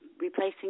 replacing